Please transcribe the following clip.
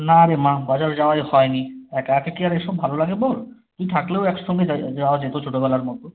না রে মা বাজারে যাওয়াই হয়নি একা একা কি আর এইসব ভালো লাগে বল তুই থাকলেও একসঙ্গে যাওয়া যেত ছোটবেলার মত